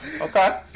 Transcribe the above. Okay